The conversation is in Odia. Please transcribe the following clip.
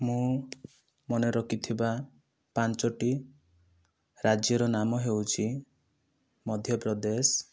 ମୁଁ ମନେ ରଖିଥିବା ପାଞ୍ଚ ଟି ରାଜ୍ୟର ନାମ ହେଉଛି ମଧ୍ୟପ୍ରଦେଶ